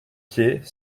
pieds